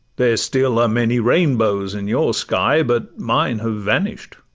there still are many rainbows in your sky, but mine have vanish'd.